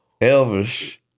Elvis